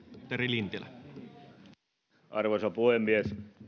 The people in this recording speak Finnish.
arvoisa puhemies